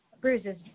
Bruises